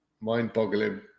mind-boggling